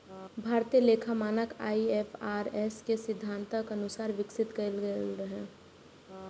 भारतीय लेखा मानक आई.एफ.आर.एस के सिद्धांतक अनुसार विकसित कैल गेल रहै